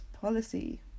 policy